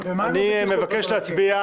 אבל אני אגיד לצורך הפרוטוקול.